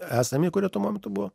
esami kurie tuo metu buvo